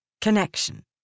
Connection